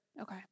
okay